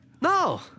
No